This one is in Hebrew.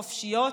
חופשיות,